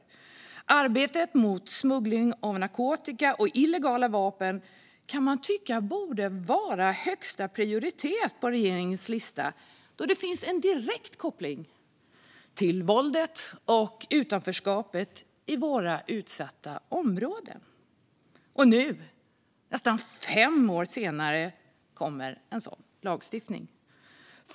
Man kan tycka att arbetet mot smuggling av narkotika och illegala vapen borde stå högst på regeringens lista då det finns en direkt koppling till våldet och utanförskapet i våra utsatta områden. Men först nu, nästan fem år senare, kommer denna lagstiftning.